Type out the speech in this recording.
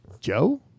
Joe